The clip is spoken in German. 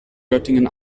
göttingen